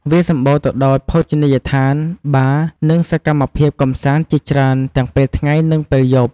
វាសម្បូរទៅដោយភោជនីយដ្ឋាន បារ និងសកម្មភាពកម្សាន្តជាច្រើនទាំងពេលថ្ងៃ និងពេលយប់។